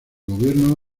gobierno